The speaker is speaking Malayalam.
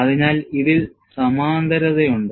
അതിനാൽ ഇതിൽ സമാന്തരതയുണ്ട്